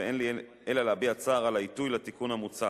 ואין לי אלא להביע צער על העיתוי לתיקון המוצע,